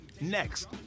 Next